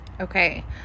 Okay